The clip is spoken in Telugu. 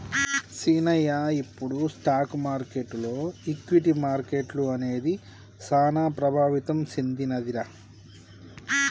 సీనయ్య ఇప్పుడు స్టాక్ మార్కెటులో ఈక్విటీ మార్కెట్లు అనేది సాన ప్రభావితం సెందినదిరా